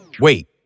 Wait